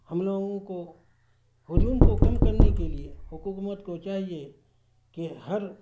ہم لوگو ہجوم کو کم کرنے کے لیے حکومت کو چاہیے کہ ہر